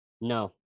No